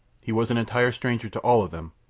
he was an entire stranger to all of them,